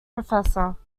professor